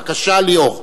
בבקשה, ליאור.